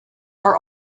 are